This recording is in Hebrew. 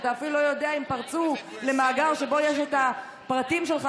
ואתה אפילו לא יודע אם פרצו למאגר שבו יש את הפרטים שלך,